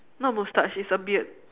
not moustache it's a beard